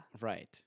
Right